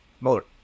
more